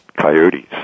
coyotes